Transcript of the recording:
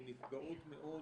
כנפגעות מאוד